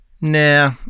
Nah